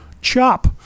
chop